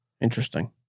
Interesting